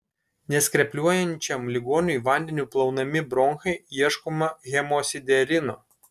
neskrepliuojančiam ligoniui vandeniu plaunami bronchai ieškoma hemosiderino